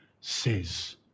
says